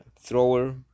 thrower